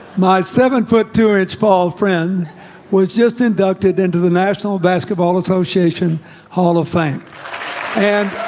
my seven foot too rich fall friend was just inducted into the national basketball association hall of fame and